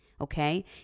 Okay